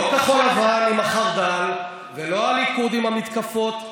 לא כחול לבן עם החרד"ל ולא הליכוד עם המתקפות,